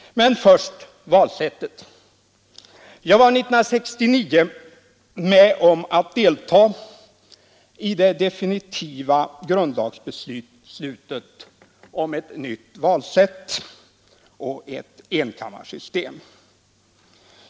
Men först skall jag ta upp valsättet. Jag deltog år 1969 i det definitiva grundlagsbeslutet om ett nytt valsätt och ett enkammarsystem.